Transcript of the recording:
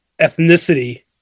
ethnicity